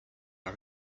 are